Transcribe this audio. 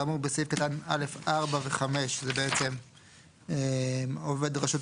המאסדרת הם כמפורט בחוק זה ובכל דין אחר,